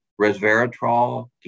resveratrol